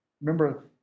Remember